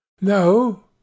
No